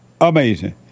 Amazing